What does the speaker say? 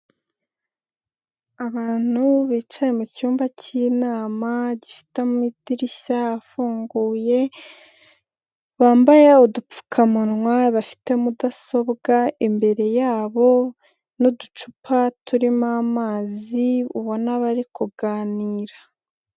Abantu bicaye mucyumba cy'inama gifite mu idirishya afunguye, bambaye udupfukamunwa, bafite mudasobwa imbere yabo n'uducupa turimo amazi, ubona bari kuganira.